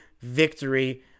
victory